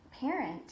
parent